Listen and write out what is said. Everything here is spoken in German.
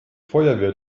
feuerwehr